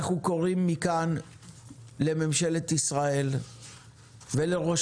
אנחנו קוראים מכאן לממשלת ישראל ולראש